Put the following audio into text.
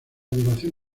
duración